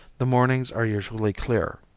the mornings are usually clear.